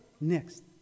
next